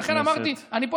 לכן אמרתי, חבר הכנסת.